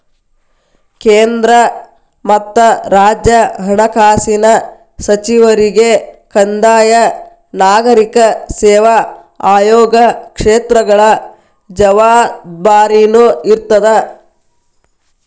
ಕೇಂದ್ರ ಮತ್ತ ರಾಜ್ಯ ಹಣಕಾಸಿನ ಸಚಿವರಿಗೆ ಕಂದಾಯ ನಾಗರಿಕ ಸೇವಾ ಆಯೋಗ ಕ್ಷೇತ್ರಗಳ ಜವಾಬ್ದಾರಿನೂ ಇರ್ತದ